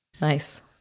Nice